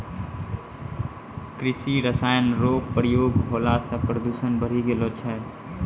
कृषि रसायन रो प्रयोग होला से प्रदूषण बढ़ी गेलो छै